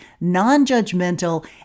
non-judgmental